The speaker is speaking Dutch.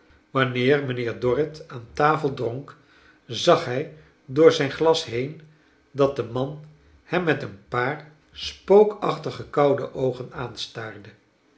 wanneer mijnheer dorrit aan tafel dronk zag hij door zijn glas heen dat de man hem met een paar spookaehtig konde oogen aanstaarde